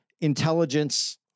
intelligence